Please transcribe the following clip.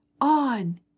On